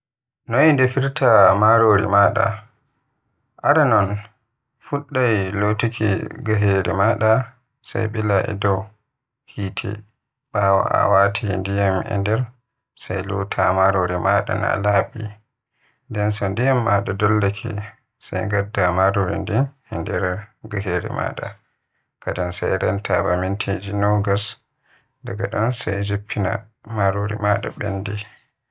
Non no defirta marori maada, aranon a fuddai lotuki gahere maaada sai bile e dow hite bawo a waati ndiyam e nder. Sai lota marori maada naa laabi, nden so ndiyam maada dollake sai ngadda marori ndin e nder gahere maada. Kadin sai renta ba mantiji nogas, daga don sai jiffina, marori maada bendi.